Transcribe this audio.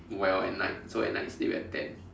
well at night so at night you sleep at ten